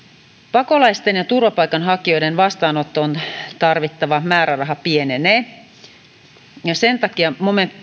pakolaisten ja turvapaikanhakijoiden vastaanottoon tarvittava määräraha pienenee sen takia